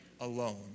alone